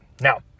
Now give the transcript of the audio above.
Now